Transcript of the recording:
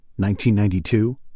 1992